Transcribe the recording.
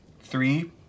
three